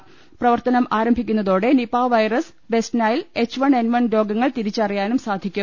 lab പ്രവർത്തനം ആരംഭിക്കുന്നതോടെ Nipah virus പ്രെസ്റ്റ്നൈൽ എച്ച് വൺ എൻ വൺ രോഗങ്ങൾ തിരിച്ചറിയാനൂർ ്സാധിക്കും